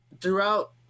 throughout